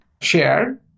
share